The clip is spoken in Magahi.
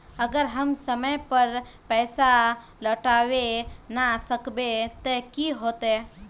अगर हम समय पर पैसा लौटावे ना सकबे ते की होते?